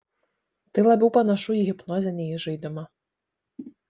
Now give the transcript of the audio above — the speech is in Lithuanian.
tai labiau panašu į hipnozę nei į žaidimą